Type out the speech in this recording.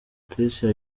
tricia